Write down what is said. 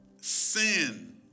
Sin